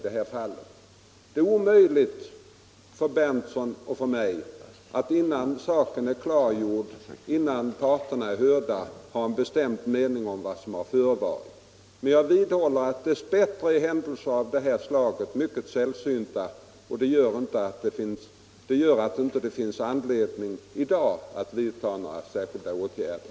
Det är omöjligt för herr Berndtson och mig att ha en bestämd uppfattning om vad som förevarit, innan parterna är hörda och saken utredd. Jag vidhåller att dess bättre är händelser av det här slaget mycket sällsynta. Det gör att det inte finns anledning att i dag vidta några särskilda åtgärder.